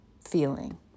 feeling